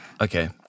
Okay